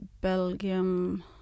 Belgium